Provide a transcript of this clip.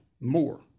more